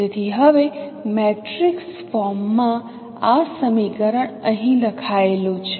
તેથી હવે મેટ્રિક્સ ફોર્મમાં આ સમીકરણ અહીં લખાયેલું છે